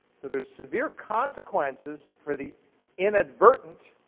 so there's severe consequences for the inadvertent